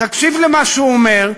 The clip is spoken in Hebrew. תקשיב למה שהוא אומר,